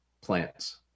plants